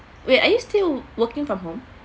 wait are you still working from home